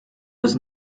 was